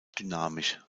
dynamisch